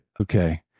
okay